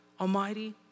Almighty